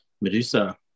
Medusa